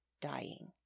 dying